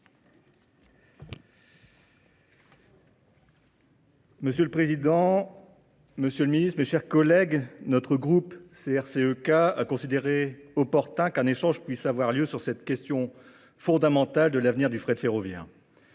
Monsieur le Président, Monsieur le Ministre, mes chers collègues, notre groupe CRCEK a considéré opportun qu'un échange puisse avoir lieu sur cette question fondamentale de l'avenir du frais de ferroviaire.